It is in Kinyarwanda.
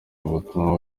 ubutumwa